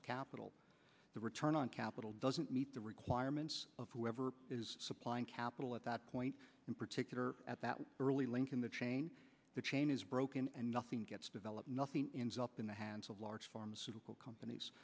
of capital the return on capital doesn't meet the requirements of whoever is supplying capital at that point in particular at that early link in the chain the chain is broken and nothing gets developed nothing ends up in the hands of large pharmaceutical companies